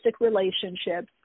relationships